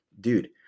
Dude